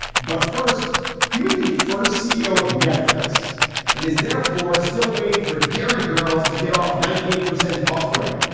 but first he was the first ceo of netflix and is therefore still waiting for dairy girls to get off ninety eight percent buffering.